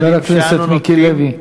חבר הכנסת מיקי לוי,